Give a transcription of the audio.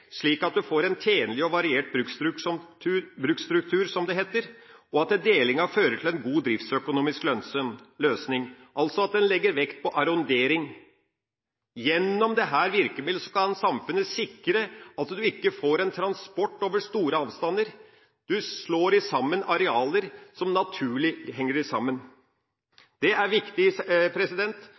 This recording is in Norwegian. slik at man får en tjenlig og variert bruksstruktur – som det heter – og at delingen fører til en god driftsøkonomisk løsning, altså at en legger vekt på arrondering. Gjennom dette virkemiddelet kan samfunnet sikre at man ikke får transport over store avstander, man slår sammen arealer som naturlig henger sammen. Det er viktig